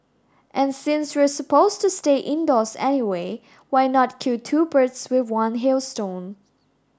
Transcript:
and since we're supposed to stay indoors anyway why not kill two birds with one hailstone